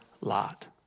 lot